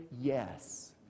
yes